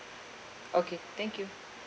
okay thank you